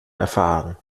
erfahren